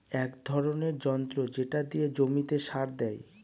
এক ধরনের যন্ত্র যেটা দিয়ে জমিতে সার দেয়